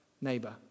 neighbor